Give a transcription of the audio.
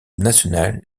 nationale